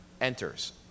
enters